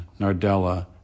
Nardella